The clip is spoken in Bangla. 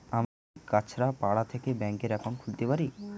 আমি কি কাছরাপাড়া থেকে ব্যাংকের একাউন্ট খুলতে পারি?